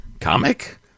Comic